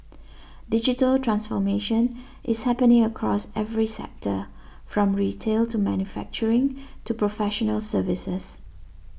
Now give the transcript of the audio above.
digital transformation is happening across every sector from retail to manufacturing to professional services